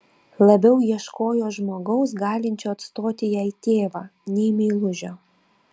labiau ieškojo žmogaus galinčio atstoti jai tėvą nei meilužio